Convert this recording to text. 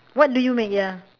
what do you make ya